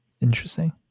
Interesting